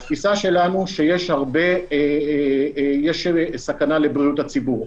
התפיסה שלנו, שיש סכנה לבריאות הציבור.